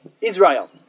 Israel